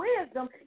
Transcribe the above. wisdom